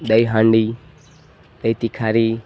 દઈ હાંડી તય તીખારી